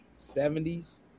70s